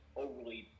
overly